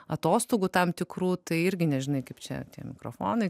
atostogų tam tikrų tai irgi nežinai kaip čia tie mikrofonai